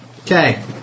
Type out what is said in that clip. Okay